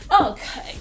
Okay